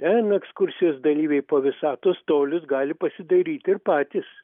ten ekskursijos dalyviai po visatos tolius gali pasidairyti ir patys